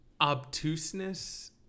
obtuseness